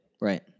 Right